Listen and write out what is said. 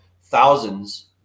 thousands